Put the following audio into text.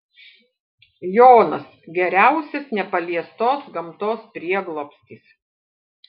jonas geriausias nepaliestos gamtos prieglobstis